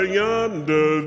yonder